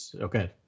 okay